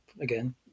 again